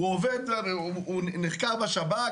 הוא נחקר בשב"כ.